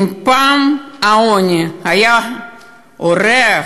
אם פעם העוני היה אורח,